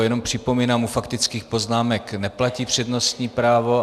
Jenom připomínám, u faktických poznámek neplatí přednostní právo.